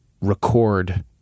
record